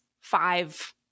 five